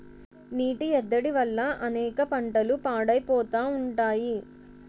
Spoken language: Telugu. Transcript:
నీటి ఎద్దడి వల్ల అనేక పంటలు పాడైపోతా ఉంటాయి